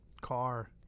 car